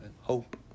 Hope